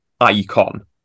icon